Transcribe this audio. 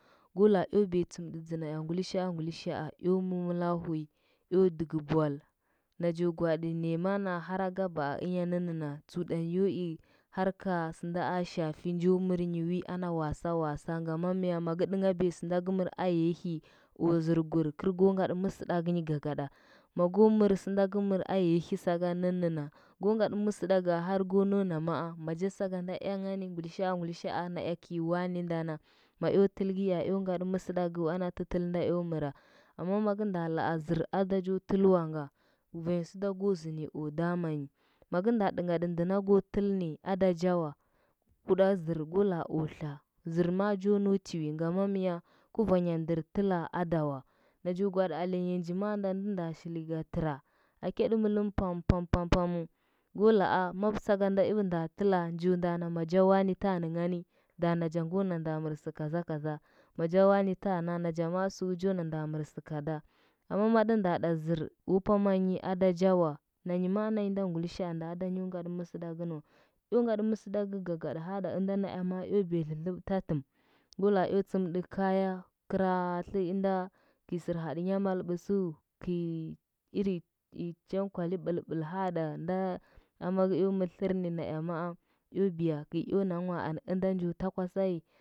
Go laa eo biya tsɚmɗɚdza na ea ngulishao ngulishao eo mɚmɚla hwi, eo dɚgɚ ball najo gwaɗi naya ma naa har ko baaka ɚnya nɚnnɚna tsuɗanyi yo i harka sɚnde a shafi njo mɚrnyi ana wasa wasa nga ngama mya maga ɗɚnghaɗi sɚnda gɚ mɚr a yahi o zɚrkur gɚr go ngaɗɚ mɚsɚɗɚgɚnɚ gogaɗɚ. Mago mɚr sɚna ga mɚr a yahi gaga nɚnna go ngadɚ mɚsɚɗaga har go nau na a maja sakanda gani ngulishaa ngulishaa na ra gɚi wane nda na ma eo tɚ gɚea eo ngaɗɚ mɚsɚdagu ana tɚtɚl nda eo mɚra amma magɚ nda laa zɚr ada jo tɚl wa nga vanya sɚɗogo zɚndi o damanyi magɚ nda ɗɚanghaɗi ndɚnda go tɚlni adaja wa huɗa zɚr go la otla. zɚr ma jo nau tiwi gama miya guvanya ndɚr tɚla aɗawa najo gwaaɗi alenya nji ma ndandɚ nda shili ga tɚra a weɗɚ mɚlɚm pam pam pamu, go laa ma saganda eo nda tɚla njo nda na maja wane tanshnɚ ngani da nacha ngo na nda mɚr gɚnda kaza kaza maja wane tana nacha ma tsu jo nan da mɚrgɚ kada amma maɗɚ nda ɗa zɚr o pamanyi adaja wa nanyi ma nanyi nda ngulishaanda ada nyo ngaɗɚ mɚsɚɗagɚ nɚ wa eo ngaɗɚ mɚsɚɗagɚ gagaɗɚ hahɗa ɚmda naza ma eo biya dlɚdlɚbɚ tatɚm laa ɚndo eo tsɚmɗɚ kaya kɚra kɚi sɚinda sɚr haɗɚ nya mal bɚsɚu, kɚi chamkwali bɚlbɚl hahɗa nda ama gɚ eo mɚr tlɚr ni, naeo maa eo biyo kɚi eo na now, anɚ ɚnda njo ta kwasai.